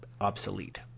obsolete